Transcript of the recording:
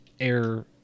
air